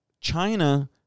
China